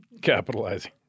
Capitalizing